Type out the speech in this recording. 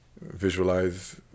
visualize